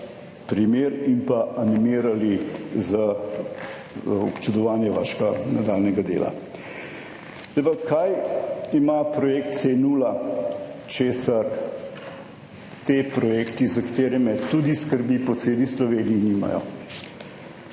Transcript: primer in pa animirali za občudovanje vašega nadaljnjega dela. Zdaj pa, kaj ima projekt C0, česar ti projekti, za katere me tudi skrbi po celi Sloveniji nimajo?